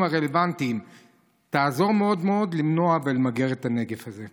הרלוונטיים תעזור מאוד למנוע ולמגר את הנגף הזה.